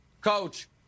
coach